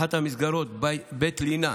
אחת המסגרות, בית רינה,